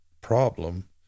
problem